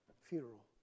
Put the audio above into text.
funeral